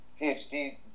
PhD